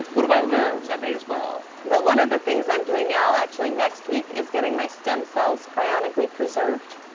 what do i lose? i may as well. well, one of the things i'm doing now, actually, next week, is getting my stem cells cryonically preserved.